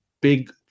big